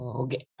okay